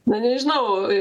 na nežinau